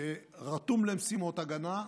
שרתום למשימות הגנה,